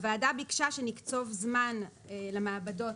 הוועדה ביקשה שנקצוב זמן למעבדות,